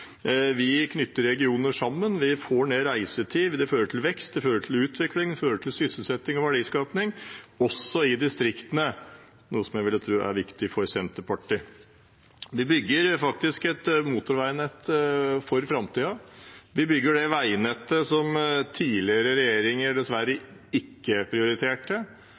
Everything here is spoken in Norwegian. Vi knytter regioner sammen, vi får ned reisetid. Det fører til vekst, det fører til utvikling, og det fører til sysselsetting og verdiskaping – også i distriktene, noe jeg ville tro er viktig for Senterpartiet. Vi bygger faktisk et motorveinett for framtiden, vi bygger det veinettet som tidligere regjeringer dessverre ikke prioriterte.